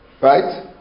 right